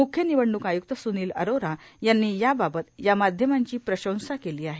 मुख्य निवडणूक आय्क्त स्नील अरोरा यांनी याबाबत या माध्यमांची प्रशंसा केली आहे